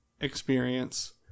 experience